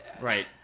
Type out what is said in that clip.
right